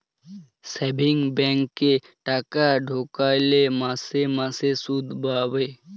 savings ব্যাংকে টাকা খাটাইলে মাসে মাসে সুদ পাবে